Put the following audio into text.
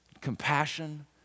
compassion